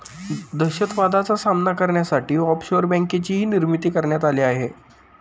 दहशतवादाचा सामना करण्यासाठी ऑफशोअर बँकेचीही निर्मिती करण्यात आली आहे